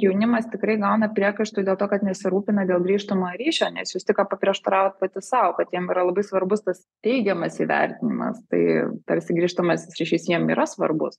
jaunimas tikrai gauna priekaištų dėl to kad nesirūpina dėl grįžtamojo ryšio nes jūs tik ką paprieštaravot pati sau kad jiem yra labai svarbus tas teigiamas įvertinimas tai tarsi grįžtamasis ryšys jiem yra svarbus